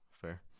Fair